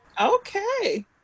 okay